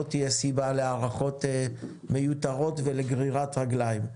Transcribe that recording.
תהיה סיבה להארכות מיותרות ולגרירת רגליים.